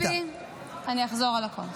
אני אחזור על הכול.